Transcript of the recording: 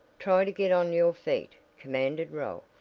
try to get on your feet, commanded ralph.